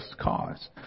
cause